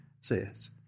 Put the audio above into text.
says